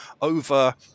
over